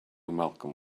malcolm